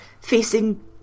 facing